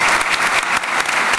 (מחיאות